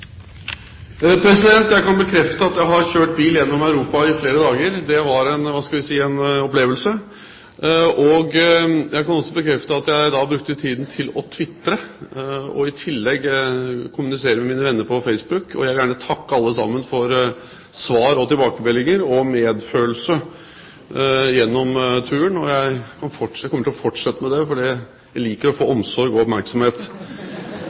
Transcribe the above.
Sandvika. Jeg kan bekrefte at jeg har kjørt bil gjennom Europa i flere dager. Det var – hva skal vi si – en opplevelse. Jeg kan også bekrefte at jeg da brukte tiden til å tvitre, i tillegg til å kommunisere med mine venner på Facebook. Jeg vil gjerne takke alle sammen for svar, tilbakemeldinger og medfølelse gjennom turen. Jeg kommer til å fortsette med det, for jeg liker å få omsorg og oppmerksomhet.